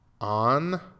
on